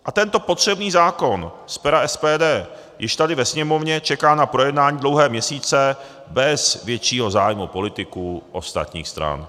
A tento potřebný zákon z pera SPD již tady ve Sněmovně čeká na projednání dlouhé měsíce bez většího zájmu politiků ostatních stran.